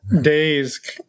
days